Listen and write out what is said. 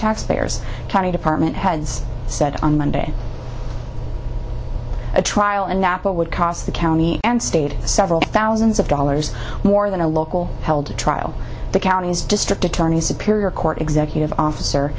taxpayers county department heads said on monday a trial in napa would cost the county and state several thousands of dollars more than a local held trial the county's district attorney's superior court executive officer